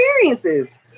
experiences